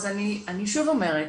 אז אני שוב אומרת,